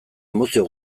emozio